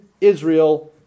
Israel